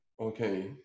Okay